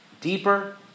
Deeper